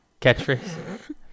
catchphrase